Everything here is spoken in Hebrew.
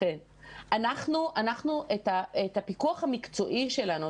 את הפיקוח המקצועי שלנו,